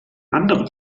anderen